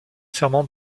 serment